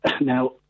Now